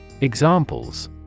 Examples